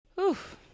Oof